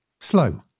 slow